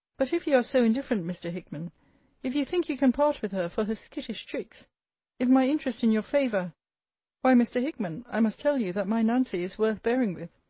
but if you are so indifferent, mr. hickman if you think you can part with her for her skittish tricks if my interest in your favour why, mr. hickman, i must tell you that my nancy is worth bearing with.